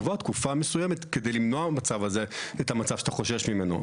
לקבוע תקופה מסוימת כדי למנוע את המצב הזה שאתה חושש ממנו.